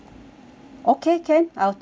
okay can I'll take a look